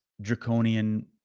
draconian